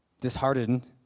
Disheartened